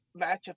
matchup